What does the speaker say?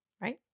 right